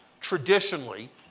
traditionally